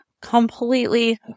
completely